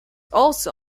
also